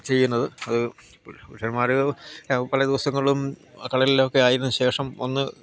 ചെയ്യുന്നത് അത് പുഷന്മാർ പല ദിവസങ്ങളും കടലിലൊക്കെ ആയതിന് ശേഷം ഒന്ന്